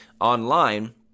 online